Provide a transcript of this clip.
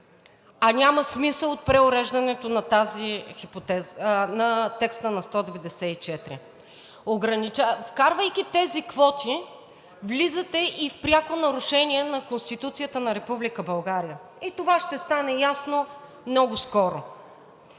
а няма смисъл от преуреждането на текста на чл. 194. Вкарвайки тези квоти, влизате и в пряко нарушение на Конституцията на Република България и това ще стане ясно много скоро.